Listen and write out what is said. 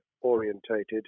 orientated